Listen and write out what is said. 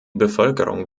bevölkerung